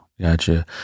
gotcha